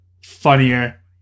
funnier